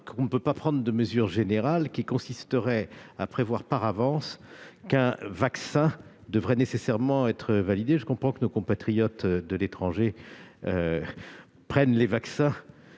ne pouvons pas prendre de mesures générales consistant à prévoir qu'un vaccin devrait nécessairement être validé. Je comprends que nos compatriotes de l'étranger prennent les vaccins